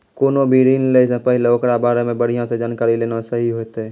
कोनो भी ऋण लै से पहिले ओकरा बारे मे बढ़िया से जानकारी लेना सही होतै